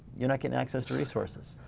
you're not getting access to resources.